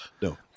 no